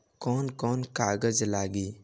कौन कौन कागज लागी?